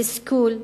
תסכול,